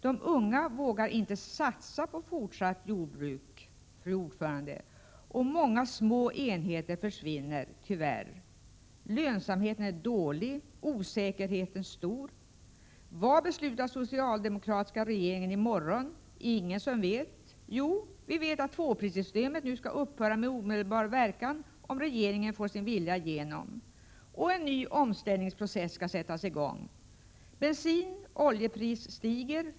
De unga vågar inte satsa på fortsatt jordbruk, fru talman, och tyvärr försvinner många små enheter. Lönsamheten är dålig och osäkerheten är stor. Det är ingen som vet vad den socialdemokratiska regeringen beslutar i morgon. Jo, vi vet att tvåprissystemet nu skall upphöra med omedelbar verkan, om regeringen får sin vilja igenom, och att en ny omställningsprocess skall sättas i gång. Bensinoch oljepriserna stiger.